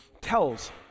tells